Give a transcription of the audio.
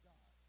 God